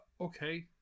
Okay